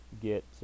get